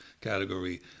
category